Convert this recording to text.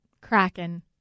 Kraken